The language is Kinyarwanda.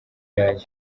yayo